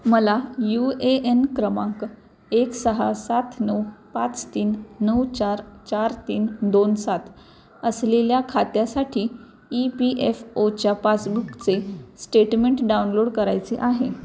मला U A N क्रमांक एक सहा सात नऊ पाच तीन नऊ चार चार तीन दोन सात असलेल्या खात्यासाठी ई पी एफ ओच्या पासबुकचे स्टेटमेंट डाउनलोड करायचे आहे